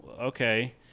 okay